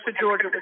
Georgia